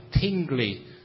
tingly